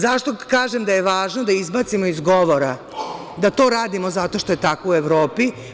Zašto kažem da je važno da izbacimo iz govora da to radimo zato što je to tako u Evropi?